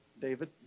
David